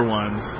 ones